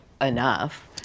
enough